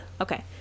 Okay